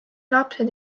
lapsed